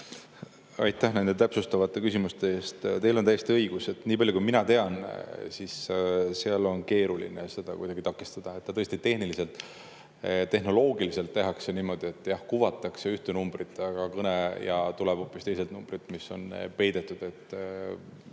Aitäh nende täpsustavate küsimuste eest! Teil on täiesti õigus. Nii palju kui mina tean, on seda keeruline kuidagi takistada. Seda tõesti tehniliselt, tehnoloogiliselt tehakse niimoodi, et kuvatakse ühte numbrit, aga kõne tuleb hoopis teiselt numbrilt, mis on peidetud.